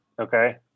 Okay